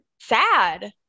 sad